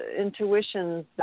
intuitions